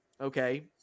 Okay